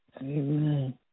amen